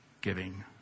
giving